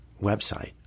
website